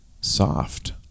Soft